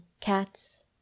cats